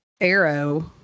arrow